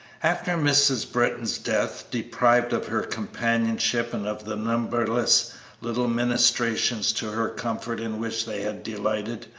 after mrs. britton's death, deprived of her companionship and of the numberless little ministrations to her comfort in which they had delighted,